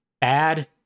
bad